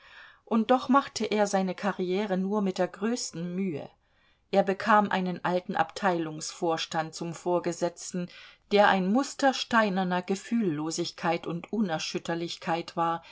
und doch machte er seine karriere nur mit der größten mühe er bekam einen alten abteilungsvorstand zum vorgesetzten der ein muster steinerner gefühllosigkeit und unerschütterlichkeit war